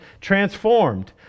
Transformed